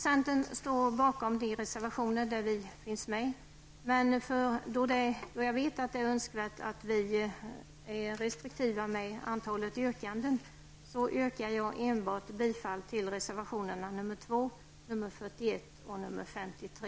Centern står bakom de reservationer där vi finns med, men då det är önskvärt att vi är restriktiva med antalet yrkanden, yrkar jag endast bifall till reservationerna 2, 41 och 53.